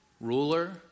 ruler